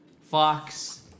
Fox